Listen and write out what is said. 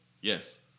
Yes